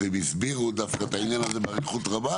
הם הסבירו דווקא את העניין הזה באריכות רבה.